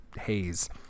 haze